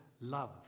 love